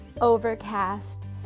overcast